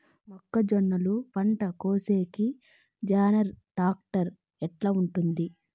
మొక్కజొన్నలు పంట కోసేకి జాన్డీర్ టాక్టర్ ఎట్లా ఉంటుంది?